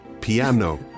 Piano